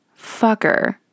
fucker